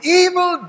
evil